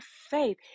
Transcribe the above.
faith